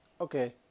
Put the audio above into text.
okay